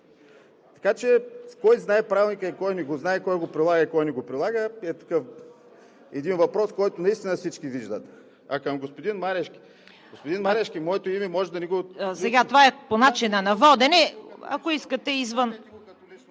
Така че кой знае Правилника и кой не го знае, кой го прилага и кой не го прилага, е един въпрос, който наистина всички виждат. А към господин Марешки – господин Марешки, моето име може да не го... ПРЕДСЕДАТЕЛ ЦВЕТА КАРАЯНЧЕВА: Сега, това е по начина на водене. Ако искате, извън...